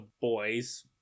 boys